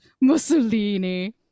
Mussolini